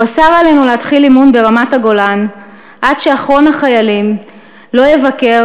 הוא אסר עלינו להתחיל אימון ברמת-הגולן עד שאחרון החיילים לא יבקר